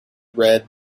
read